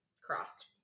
crossed